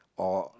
or